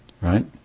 right